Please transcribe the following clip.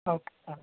okay sir